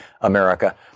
America